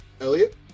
Elliot